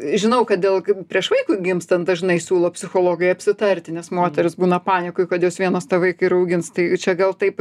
žinau kad dėl kaip prieš vaikui gimstant dažnai siūlo psichologai apsitarti nes moterys būna panikoj kad jos vienos tą vaiką ir augins tai čia gal taip